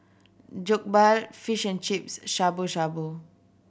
Jokbal Fish and Chips Shabu Shabu